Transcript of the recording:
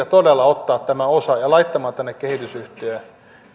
todella ottamaan tämä osa ja laittamaan tänne kehitysyhtiöön